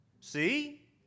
See